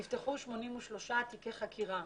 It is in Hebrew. נפתחו 83 תיקי חקירה.